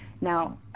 now